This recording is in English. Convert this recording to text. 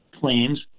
claims